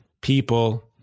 people